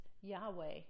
Yahweh